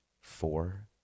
Four